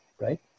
Right